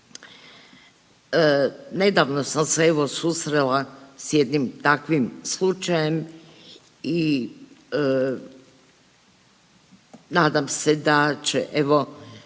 Nedavno sam se evo susrela s jednim takvim slučajem i nadam se da će